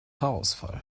haarausfall